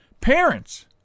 parents